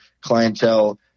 clientele